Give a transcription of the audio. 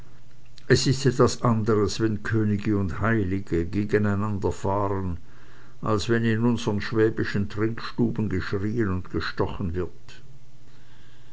es ist etwas anderes wenn könige und heilige gegeneinanderfahren als wenn in unseren schwäbischen trinkstuben geschrieen und gestochen wird